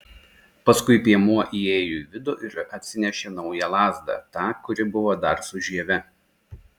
paskui piemuo įėjo į vidų ir atsinešė naują lazdą tą kuri buvo dar su žieve